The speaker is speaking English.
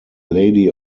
lady